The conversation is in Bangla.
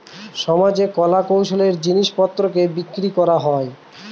সমাজে কলা কৌশলের জিনিস পত্রকে বিক্রি করা হয়